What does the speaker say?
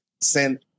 sent